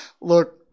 Look